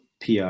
PR